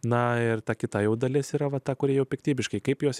na ir ta kita dalis yra ta kuri jau piktybiškai kaip jos